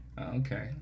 Okay